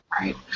Right